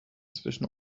zwischen